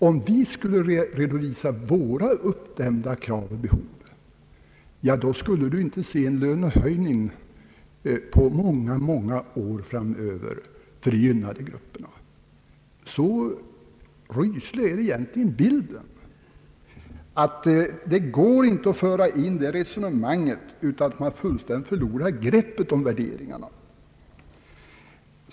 Om vi från vår sida skulle redovisa våra uppdämda krav och behov, så skulle man inte få se en lönehöjning på många år framöver för de gynnade grupperna. Så ryslig är egentligen bilden, att det inte går att föra in det resonemanget utan att man fullständigt förlorar greppet om värderingarna.